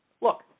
look